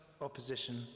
opposition